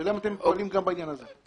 השאלה אם אתם פועלים גם בעניין הזה.